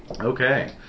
Okay